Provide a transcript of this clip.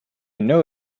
know